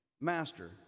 Master